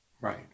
Right